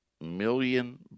million